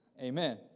Amen